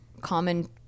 common